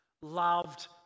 loved